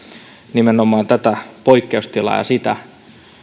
nimenomaan tätä poikkeustilaa ja sitä